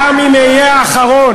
גם אם אהיה האחרון,